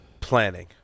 planning